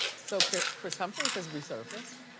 so kris humphries has resurfaced.